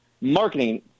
marketing